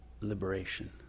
liberation